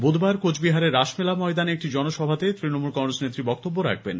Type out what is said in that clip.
বুধবার কোচবিহারে রাস মেলা ময়দানে একটি জনসভাতে তৃণমূল কংগ্রেস নেত্রী বক্তব্য রাখবেন